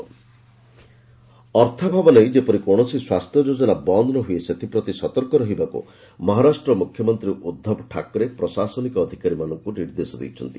ମହା CM meeting ଅର୍ଥାଭାବ ନେଇ ଯେପରି କୌଣସି ସ୍ୱାସ୍ଥ୍ୟ ଯୋଜନା ବନ୍ଦ୍ ନ ହୁଏ ସେଥିପ୍ରତି ସତର୍କ ରହିବାକୁ ମହାରାଷ୍ଟ୍ର ମୁଖ୍ୟମନ୍ତ୍ରୀ ଉଦ୍ଧବ ଠାକ୍ରେ ପ୍ରଶାସନିକ ଅଧିକାରୀମାନଙ୍କୁ ନିର୍ଦ୍ଦେଶ ଦେଇଛନ୍ତି